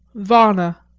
varna.